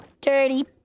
dirty